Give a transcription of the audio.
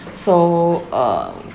so uh